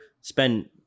spend